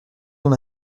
dans